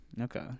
Okay